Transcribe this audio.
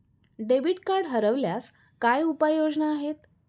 Debit card हरवल्यास काय उपाय योजना आहेत?